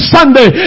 Sunday